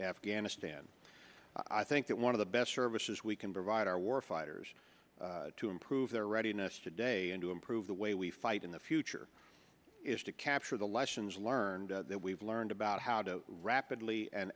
afghanistan i think that one of the best services we can provide our war fighters to improve their readiness today and to improve the way we fight in the future is to capture the lessons learned that we've learned about how to rapidly and